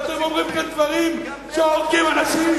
ואתם אומרים כאן דברים שהורגים אנשים.